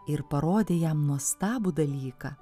ir parodė jam nuostabų dalyką